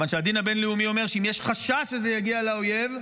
מכיוון שהדין הבין-לאומי אומר שאם יש חשש שזה יגיע לאויב,